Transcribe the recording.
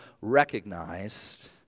recognized